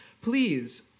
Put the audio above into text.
Please